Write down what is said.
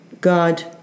God